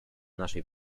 naszej